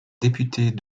députés